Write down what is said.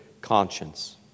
conscience